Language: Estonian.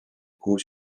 kuhu